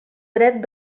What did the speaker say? dret